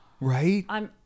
Right